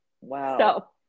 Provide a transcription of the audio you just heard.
Wow